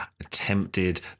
attempted